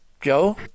Joe